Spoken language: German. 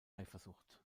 eifersucht